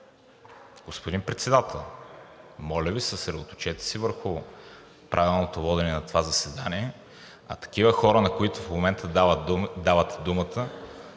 Господин Председател, моля Ви, съсредоточете се върху правилното водене на това заседание. А такива хора, на които в момента давате думата,